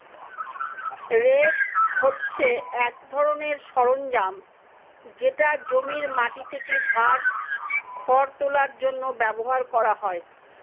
rake হছে এক ধরনের সরঞ্জাম যেটা জমির মাটি থেকে ঘাস, খড় তোলার জন্য ব্যবহার করা হয়